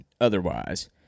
otherwise